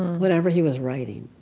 whatever he was writing,